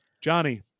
Johnny